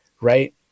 right